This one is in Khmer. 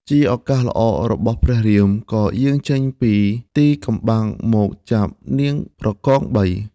ជាឱកាសល្អរបស់ព្រះរាម ក៏យាងចេញពីទីកំបាំងមកចាប់នាងប្រកងបី។